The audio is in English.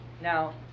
Now